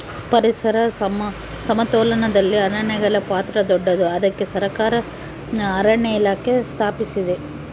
ಪರಿಸರ ಸಮತೋಲನದಲ್ಲಿ ಅರಣ್ಯಗಳ ಪಾತ್ರ ದೊಡ್ಡದು, ಅದಕ್ಕೆ ಸರಕಾರ ಅರಣ್ಯ ಇಲಾಖೆ ಸ್ಥಾಪಿಸಿದೆ